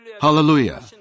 Hallelujah